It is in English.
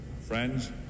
friends